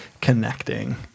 connecting